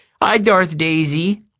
hi, darth daisy!